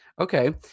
Okay